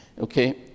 Okay